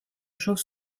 chauve